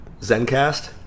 Zencast